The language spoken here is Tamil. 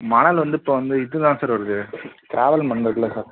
மணல் வந்து இப்போ வந்து இது தான் சார் வருது சாரல் மண் இருக்குல்ல சார்